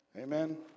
amen